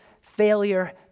failure